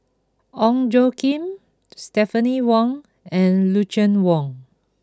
Ong Tjoe Kim Stephanie Wong and Lucien Wang